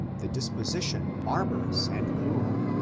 the disposition barbarous and cruel,